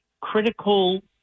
critical